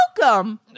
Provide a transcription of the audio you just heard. Welcome